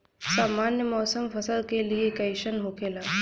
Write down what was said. सामान्य मौसम फसल के लिए कईसन होखेला?